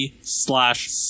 slash